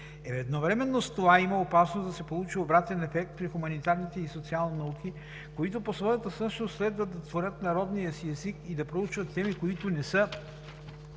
Едновременно с това има опасност да се получи обратен ефект при хуманитарните и социалните науки, които по своята същност следва да творят на родния си език и да проучват теми, които не са